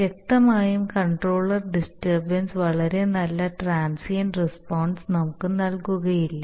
വ്യക്തമായും controller disturbance വളരെ നല്ല ട്രാൻസിയൻറ്റ് റെസ്പോൺസ് നമുക്ക് നൽകിയേക്കില്ല